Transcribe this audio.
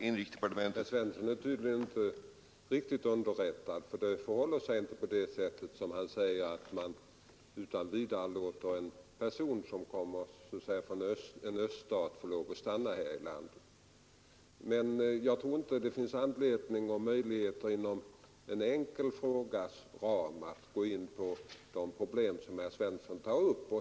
Herr talman! Herr Svensson i Malmö är tydligen inte riktigt underrättad, för det förhåller sig inte så som han gör gällande, att man utan vidare låter en person som kommer från låt mig säga en öststat stanna här i landet. Men jag tror inte att det finns anledning och möjligheter att inom en enkel frågas ram gå in på de problem som herr Svensson tar upp.